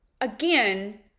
again